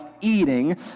eating